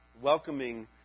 Welcoming